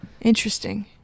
Interesting